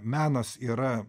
menas yra